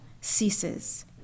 ceases